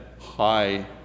high